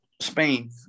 spain